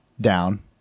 down